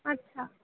अच्छा